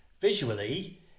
visually